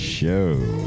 show